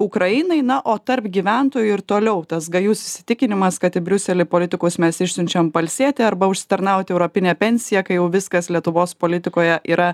ukrainai na o tarp gyventojų ir toliau tas gajus įsitikinimas kad į briuselį politikus mes išsiunčiam pailsėti arba užsitarnauti europinę pensiją kai jau viskas lietuvos politikoje yra